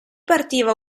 partiva